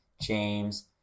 James